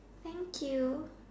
thank you